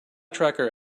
tracker